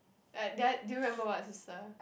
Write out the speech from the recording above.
right then I do you remember about his sister